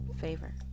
favor